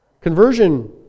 Conversion